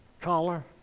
collar